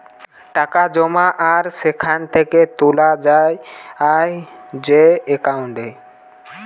টাকা জমা আর সেখান থেকে তুলে যায় যেই একাউন্টে